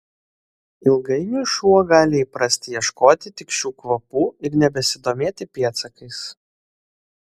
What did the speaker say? ilgainiui šuo gali įprasti ieškoti tik šių kvapų ir nebesidomėti pėdsakais